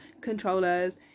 controllers